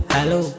Hello